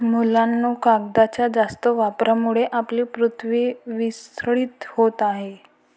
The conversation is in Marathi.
मुलांनो, कागदाच्या जास्त वापरामुळे आपली पृथ्वी विस्कळीत होत आहे